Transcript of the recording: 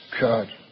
God